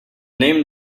name